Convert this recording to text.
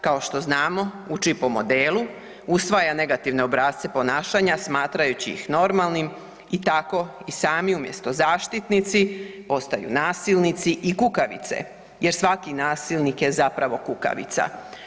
Kao što znamo uči po modelu, usvaja negativne obrasce ponašanja smatrajući ih normalnim i tako i sami umjesto zaštitnici postaju nasilnici i kukavice jer svaki nasilnik je zapravo kukavica.